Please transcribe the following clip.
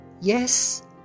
Yes